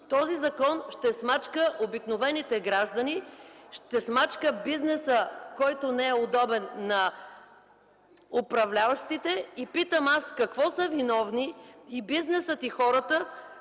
той ще смачка обикновените граждани, ще смачка бизнеса, който не е удобен на управляващите. И аз питам: какво са виновни и бизнесът, и хората,